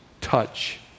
touch